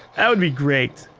that would be great.